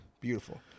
beautiful